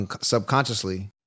subconsciously